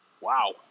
Wow